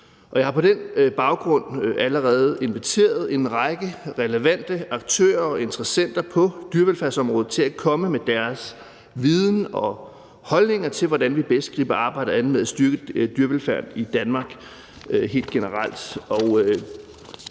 Jeg har på den baggrund allerede inviteret en række relevante aktører og interessenter på dyrevelfærdsområdet til at komme med deres viden og holdninger til, hvordan vi bedst griber arbejdet med helt generelt at styrke dyrevelfærden i Danmark an.